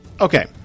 Okay